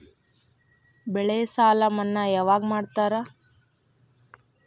ಬೆಳೆ ಸಾಲ ಮನ್ನಾ ಯಾವಾಗ್ ಮಾಡ್ತಾರಾ?